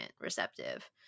receptive